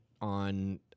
on